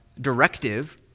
directive